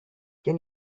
can